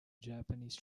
japanese